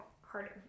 harder